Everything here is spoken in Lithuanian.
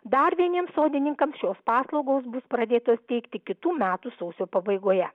dar vieniems sodininkams šios paslaugos bus pradėtos teikti kitų metų sausio pabaigoje